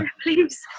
Please